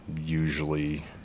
usually